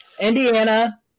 Indiana